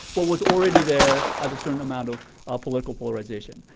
what was already there as a certain amount of ah political polarization.